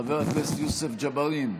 חבר הכנסת יוסף ג'בארין,